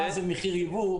מ/1346.